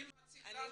מי מציג לנו את זה?